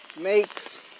makes